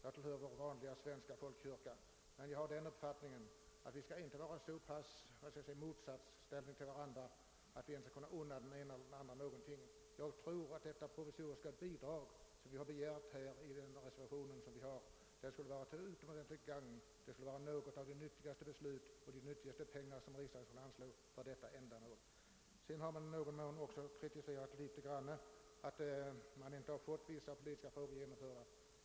Jag tillhör den vanliga svenska statskyrkan, men jag har den uppfattningen att vi inte bör stå i sådan motsatsställning till varandra att vi inte skulle kunna unna den ene eller den andre någonting. Jag tror att det provisoriska bidrag som begärts i den reservation som föreligger skulle vara till utomordentligt gagn. Det skulle bli ett av de nyttigaste beslut, de nyttigaste pengar som riksdagen skulle kunna anslå för detta ändamål. I någon mån har det kritiserats att vissa politiska förslag inte blivit genomförda.